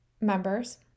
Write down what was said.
members